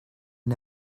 had